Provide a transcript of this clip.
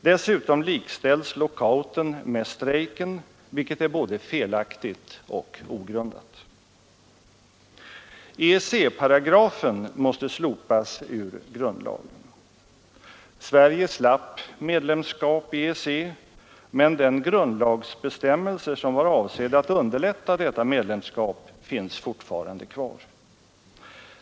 Dessutom likställs lockouten med strejken vilket är både felaktigt och ogrundat. EEC-paragrafen måste slopas ur grundlagen. Sverige slapp medlemskap i EEC, men grundlagsbestämmelsen som var avsedd att underlätta detta medlemskap finns fortfarande kvar.